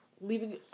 leaving